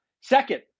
Second